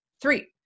Three